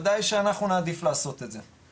- ודאי שאנחנו נעדיף לעשות את זה,